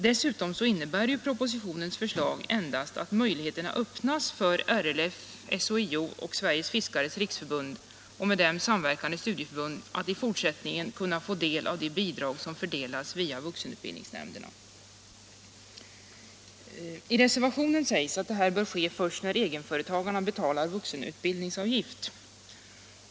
Propositionens förslag innebär ju endast att möjligheten öppnas för LRF, SHIO, Sveriges fiskares riksförbund och 131 bildning I reservationen sägs att detta bör ske först när egenföretagarna betalar vuxenutbildningsavgift.